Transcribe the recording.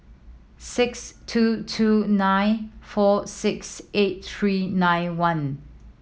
six two two nine four six eight three nine one